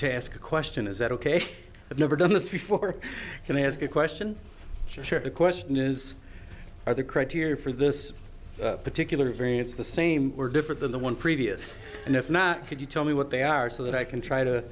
to ask a question is that ok i've never done this before can i ask a question the question is are the criteria for this particular variance the same or different than the one previous and if not could you tell me what they are so that i can try to